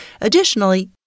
Additionally